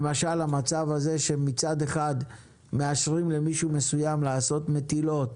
למשל: המצב הזה שמצד אחד מאשרים למישהו מסוים לעשות מטילות,